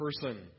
person